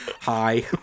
hi